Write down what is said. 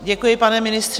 Děkuji, pane ministře.